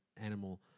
animal